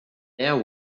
there